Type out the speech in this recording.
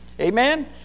Amen